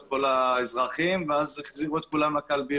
כל האזרחים ואז החזירו את כולם לכלביות,